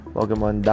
Pokemon